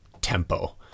tempo